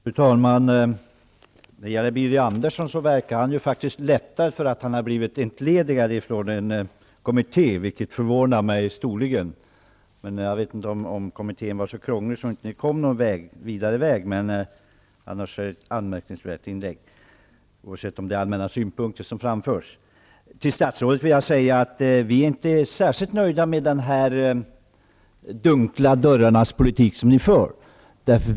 Fru talman! Birger Andersson verkar lättad för att han blivit entledigad från en kommitté, vilket förvånar mig storligen. Jag vet inte om kommittén var så krånglig, så att ni inte kom någonvart. Annars är det ett anmärkningsvärt inlägg, bortsett från de allmänna synpunkter som framförts. Till statsrådet vill jag säga att vi inte är särskilt nöjda med denna de dunkla dörrarnas politik som ni för.